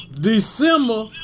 December